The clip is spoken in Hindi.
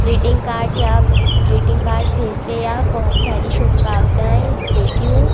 ग्रीटिंग कार्ड या ग्रीटिंग कार्ड भेजते या बहुत सारी शुभकामनाएं देती हूँ